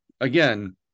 again